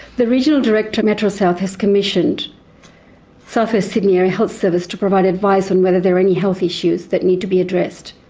the regional director metro south has commissioned south west ah sydney area health service to provide advice on whether there are any health issues that need to be addressed.